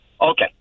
Okay